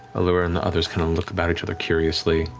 allura and the others kind of look about each other curiously.